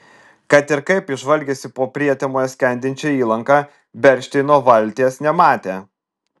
kad ir kaip jis žvalgėsi po prietemoje skendinčią įlanką bernšteino valties nematė